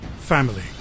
Family